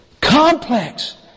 complex